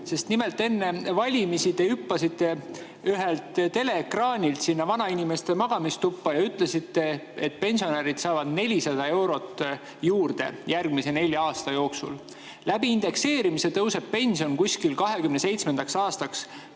Nimelt, enne valimisi te hüppasite ühelt teleekraanilt sinna vanainimeste magamistuppa ja ütlesite, et pensionärid saavad 400 eurot juurde järgmise nelja aasta jooksul. Indekseerimise abil tõuseb pension 2027. aastaks